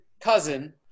cousin